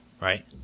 Right